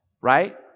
right